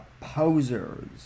posers